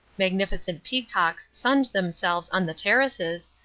magnificent peacocks sunned themselves on the terraces,